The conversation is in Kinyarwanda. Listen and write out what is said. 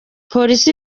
polisi